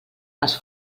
les